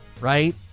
right